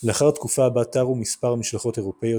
לאחר תקופה בה תרו מספר משלחות אירופאיות